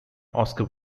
oscar